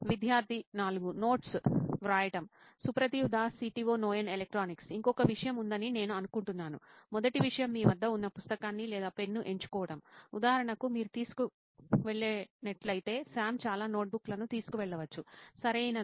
విద్యార్థి 4 నోట్స్ వ్రాయటం సుప్రతీవ్ దాస్ CTO నోయిన్ ఎలక్ట్రానిక్స్ ఇంకొక విషయం ఉందని నేను అనుకుంటున్నాను మొదటి విషయం మీ వద్ద ఉన్న పుస్తకాన్ని లేదా పెన్ను ఎంచుకోవడం ఉదాహరణకు మీరు తీసుకువెళ్లినట్లయితే సామ్ చాలా నోట్బుక్లను తీసుకువెళ్లవచ్చు సరియైనదా